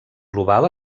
global